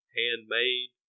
handmade